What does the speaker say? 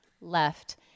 left